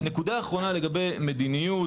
נקודה אחרונה לגבי מדיניות,